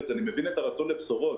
אני מבין את הרצון לבשורות,